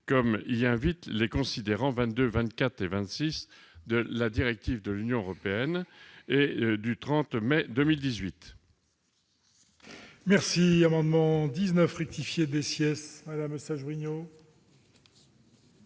comme y invitent les considérants n 22, 24 et 26 de la directive européenne du 30 mai 2018.